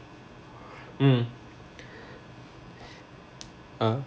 mm uh